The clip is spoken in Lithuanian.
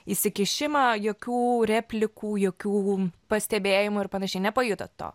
įsikišimą jokių replikų jokių pastebėjimų ir panašiai nepajutot to